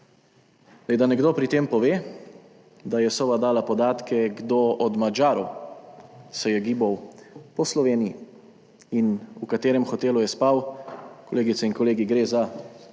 Da nekdo pri tem pove, da je Sova dala podatke, kdo od Madžarov se je gibal po Sloveniji in v katerem hotelu je spal – kolegice in kolegi, gre za